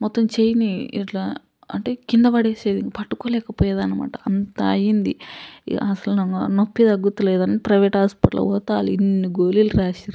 మొత్తం చెయ్యిని ఇట్లా అంటే కింద పడేసేది పట్టుకోలేకపోయేదనమాట అంత అయ్యింది అసల నొప్పి తగ్గటం లేదని ప్రైవేట్ హాస్పిటల్కి పోతే వాళ్ళు ఇన్ని గోళీలు రాసిర్రు